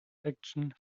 action